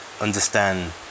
understand